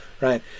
right